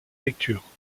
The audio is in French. lecture